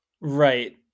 Right